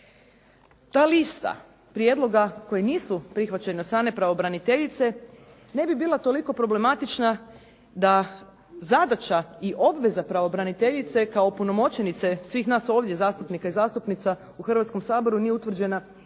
Ta lista prijedloga koji nisu prihvaćena od strane pravobraniteljice ne bi bila toliko problematična da zadaća i obveza pravobraniteljice kao opunomoćenice svih nas ovdje zastupnika i zastupnica u Hrvatskom saboru nije utvrđena i